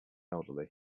elderly